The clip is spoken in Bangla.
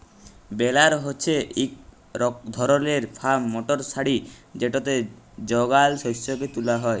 বেলার হছে ইক ধরলের ফার্ম মটর গাড়ি যেটতে যগাল শস্যকে তুলা হ্যয়